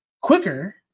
quicker